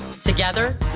Together